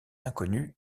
inconnu